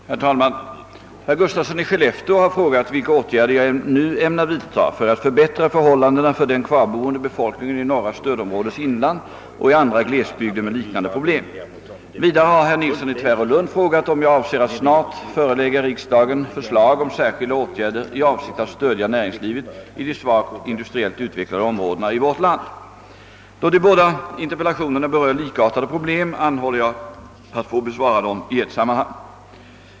Herr talman! Herr Gustafsson i Skellefteå har frågat vilka åtgärder jag nu ämnar vidta för att förbättra förhållandena för den kvarboende befolkningen i norra stödområdets inland och i andra glesbygder med liknande problem. Vidare har herr Nilsson i Tvärålund frågat om jag avser att snart förelägga riksdagen förslag om särskilda åtgärder i avsikt att stödja näringslivet i de svagt industriellt utvecklade områdena i vårt land. ; Då de båda interpellationerna berör likartade "problem anhåller jag att få besvara dem i ett sammanhang.